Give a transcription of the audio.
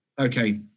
okay